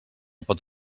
pot